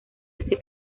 ese